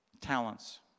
talents